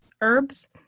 herbs